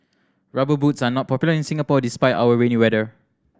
Rubber Boots are not popular in Singapore despite our rainy weather